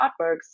artworks